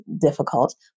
difficult